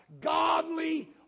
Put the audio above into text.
Godly